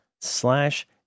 slash